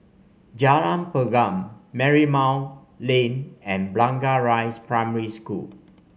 Jalan Pergam Marymount Lane and Blangah Rise Primary School